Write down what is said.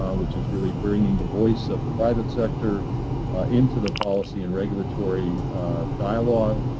um which is really bringing the voice of the private sector into the policy and regulatory dialogue,